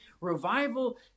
Revival